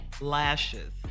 lashes